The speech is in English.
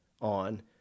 on